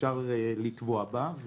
אפשר לטבוע בה,